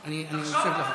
אל תשכח.